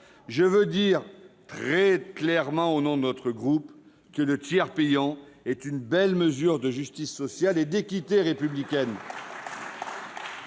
Je veux donc dire très clairement, au nom de mon groupe, que le tiers payant est une belle mesure de justice sociale et d'équité républicaine,